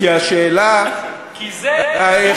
כי זו הבעיה.